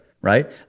Right